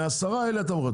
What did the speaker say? עשרה ומתוכם הלקוח יבחר.